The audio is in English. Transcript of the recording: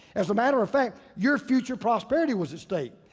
as a matter of fact, your future prosperity was at stake.